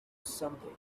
something